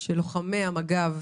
של לוחמי המג"ב